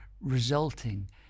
resulting